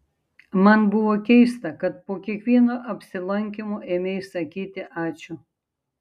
man buvo keista kad po kiekvieno apsilankymo ėmei sakyti ačiū